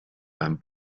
beim